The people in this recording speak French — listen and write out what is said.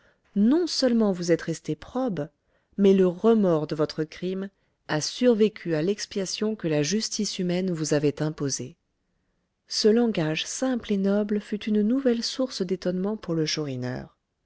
non-seulement vous êtes resté probe mais le remords de votre crime a survécu à l'expiation que la justice humaine vous avait imposée ce langage simple et noble fut une nouvelle source d'étonnement pour le chourineur